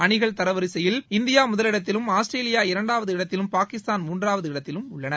அணிகள் வரிசையில் இந்தியா முதலிடத்திலும் ஆஸ்திரேலியா இரண்டாவது இடத்திலும் பாகிஸ்தான் மூன்றாவது இடத்திலும் உள்ளன